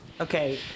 okay